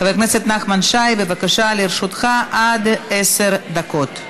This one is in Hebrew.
חבר הכנסת נחמן שי, בבקשה, לרשותך עד עשר דקות.